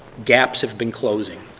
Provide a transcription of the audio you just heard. gaps have been closing.